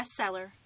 Bestseller